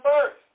first